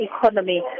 economy